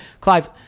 Clive